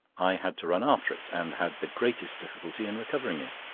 i had to run after it, and had the greatest difficulty in recovering it.